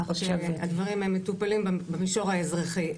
הדברים הם מטופלים במישור האזרחי.